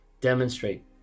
Demonstrate